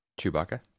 Chewbacca